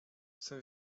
chcę